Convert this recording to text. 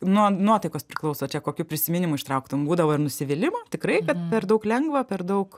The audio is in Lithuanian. nuo nuotaikos priklauso čia kokių prisiminimų ištrauktum būdavo ir nusivylimų tikrai kad per daug lengva per daug